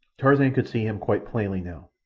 tarzan could see him quite plainly now.